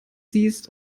siehst